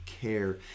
care